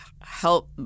help